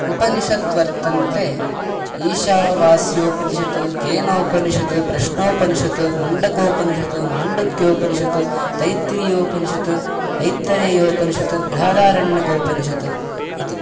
उपनिषत् वर्तन्ते ईशावास्योपनिषत् केनपनिषत् प्रश्नोपनिषत् मुण्डकोपनिषत् माण्डुक्योपनिषत् तैतिरियोपनिषत् ऐत्तरेयोपनिषत् बृहदारण्यकोपनिषत् इति